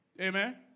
Amen